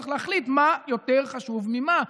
וצריך להחליט מה יותר חשוב ממה,